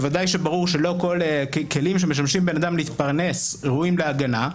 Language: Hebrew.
בוודאי שראוי שלא כל הכלים שמשמשים בן אדם להתפרנס ראויים להגנה.